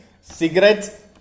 cigarettes